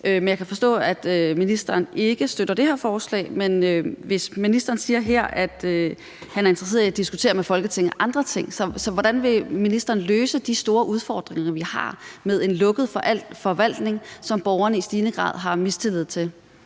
Men jeg kan forstå, at ministeren ikke støtter det her forslag, men ministeren siger her, at han er interesseret i at diskutere andre ting med Folketinget, så hvordan vil ministeren løse de store udfordringer, vi har med en lukket forvaltning, som borgerne i stigende grad har mistillid til?